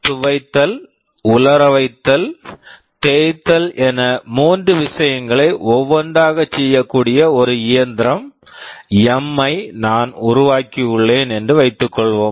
துவைத்தல் உலர வைத்தல் தேய்த்தல் என மூன்று விஷயங்களை ஒவ்வொன்றாகச் செய்யக்கூடிய ஒரு இயந்திரம் M -ஐ நான் உருவாக்கியுள்ளேன் என்று வைத்துக்கொள்வோம்